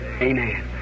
Amen